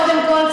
קודם כול,